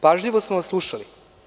Pažljivo smo vas slušali.